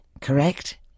correct